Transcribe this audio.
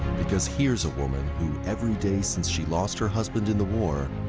because here's a woman who every day since she lost her husband in the war,